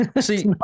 see